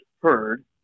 heard